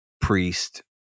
priest